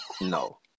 No